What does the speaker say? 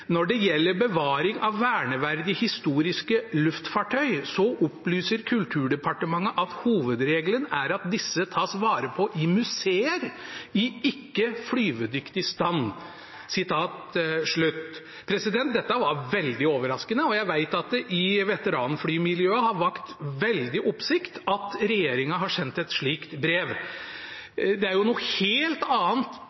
det gjelder bevaring av verneverdige historiske luftfartøy, så opplyser Kulturdepartementet at hovedregelen er at disse tas vare på i museer i ikke-flyvedyktig stand.» Dette var veldig overraskende. Jeg vet at det i veteranflymiljøet har vakt veldig oppsikt at regjeringen har sendt et slikt brev.